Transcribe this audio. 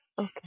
Okay